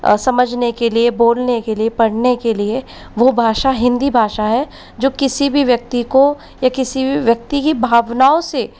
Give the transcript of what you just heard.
समझने के लिए बोलने के लिए पढ़ने के लिए वो भाषा हिंदी भाषा है जो किसी भी व्यक्ति को या किसी भी व्यक्ति की भावनाओं से